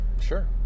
Sure